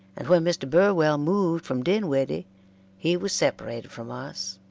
and when mr. burwell moved from dinwiddie he was separated from us,